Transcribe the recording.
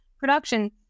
production